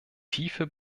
tiefe